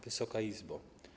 Wysoka Izbo!